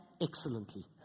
excellently